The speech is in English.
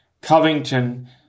Covington